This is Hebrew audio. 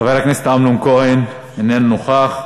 חבר הכנסת אמנון כהן, איננו נוכח,